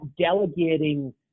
delegating